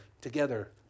together